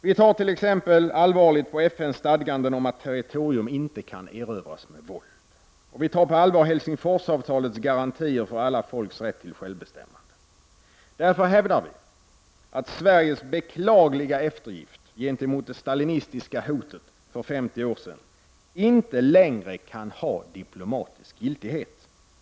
Vi tar t.ex. på allvar FN:s stadganden om att territorium inte kan erövras med våld. Vi tar på allvar Helsingforsavtalets garantier för alla folks rätt till självbestämmande. Därför hävdar vi att Sveriges beklagliga eftergift gentemot det stalinistiska hotet för 50 år sedan inte längre kan ha diplomatisk giltighet.